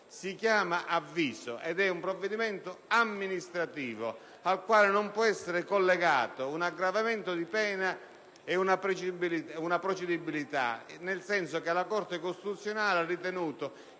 Si chiama avviso ed è un provvedimento amministrativo, al quale non può essere collegato un aggravamento di pena e una procedibilità, nel senso che la Corte costituzionale ha ritenuto